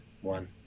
one